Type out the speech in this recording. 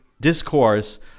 discourse